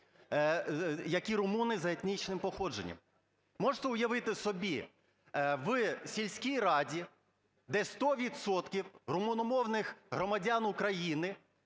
які румуни за етнічним походженням. Можете уявити собі: в сільській раді, де 100 відсотків румуномовних громадян України,